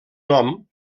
nom